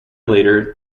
later